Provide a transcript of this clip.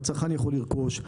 הצרכן יוכל לרכוש.